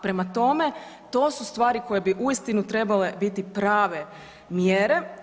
Prema tome, to su stvari koje bi uistinu trebale biti prave mjere.